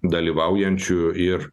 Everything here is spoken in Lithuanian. dalyvaujančių ir